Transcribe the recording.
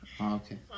Okay